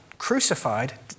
Crucified